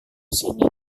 sini